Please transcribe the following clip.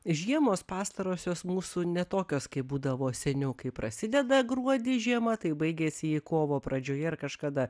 žiemos pastarosios mūsų ne tokios kaip būdavo seniau kai prasideda gruodį žiema tai baigėsi ji kovo pradžioje ar kažkada